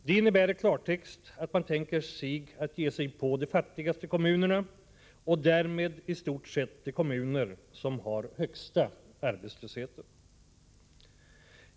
Det innebär i klartext att man tänker sig att ge sig på de fattigaste kommunerna och därmed i stort sett de kommuner som har den högsta arbetslösheten.